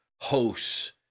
hosts